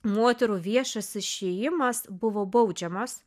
moterų viešas išėjimas buvo baudžiamas